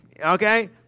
Okay